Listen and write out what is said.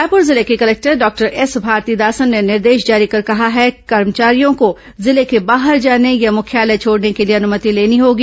रायपुर जिले के collector doctor S Bharathidasan ने निर्देश जारी कर कहा है कि कर्मचारियों को जिले के बाहर जाने या मुख्यालय छोड़ने के लिए अनुमति लेनी होगी